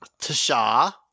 Tasha